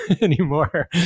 anymore